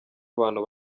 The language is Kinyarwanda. abantu